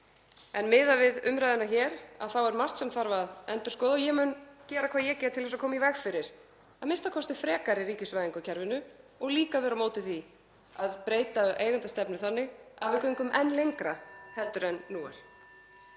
En miðað við umræðuna hér að þá er margt sem þarf að endurskoða og ég mun gera það sem ég get til að koma í veg fyrir a.m.k. frekari ríkisvæðingu á kerfinu og líka að vera á móti því að breyta eigendastefnu þannig að við göngum enn lengra heldur en nú er.